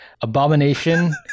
Abomination